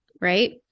right